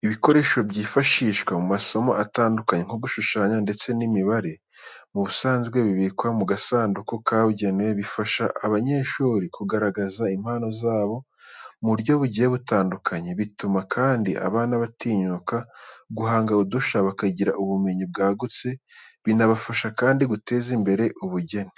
Ibikoresho byifashishwa mu masomo atandukanye nko gushushanya ndetse n'imibare. Mu busanzwe bibikwa mu gasanduku kabugenewe. Bifasha abanyeshuri kugaragaza impano zabo mu buryo bugiye butandukanye, bituma kandi abana batinyuka guhanga udushya, bakagira ubumenyi bwagutse. Binabafasha kandi guteza imbere ubugeni.